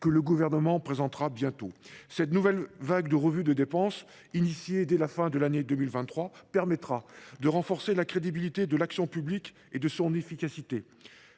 que le Gouvernement présentera bientôt. Cette nouvelle vague de revue des dépenses, engagée dès la fin de l’année 2023, permettra de renforcer la crédibilité de l’action publique et son efficacité.